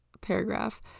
paragraph